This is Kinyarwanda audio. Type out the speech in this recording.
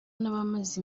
n’abamaze